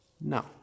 No